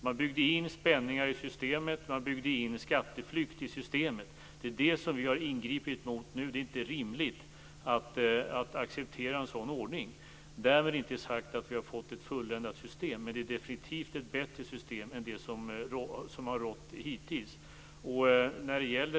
Man byggde in spänningar och skatteflykt i systemet. Det är detta som vi nu har ingripit emot. En sådan ordning är inte rimlig. Därmed inte sagt att vi har fått ett fulländat system, men det är definitivt ett bättre system än det som har rått hittills.